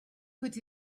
put